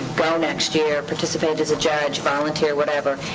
go next year, participate as a judge, volunteer, whatever.